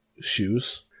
shoes